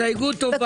הסתייגות טובה.